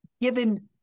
given